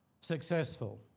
successful